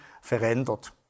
verändert